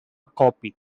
copy